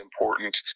important